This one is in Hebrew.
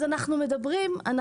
אנחנו מדברים על